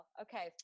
okay